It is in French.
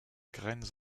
graines